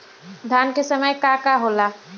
धान के समय का का होला?